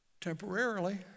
temporarily